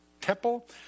temple